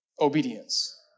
obedience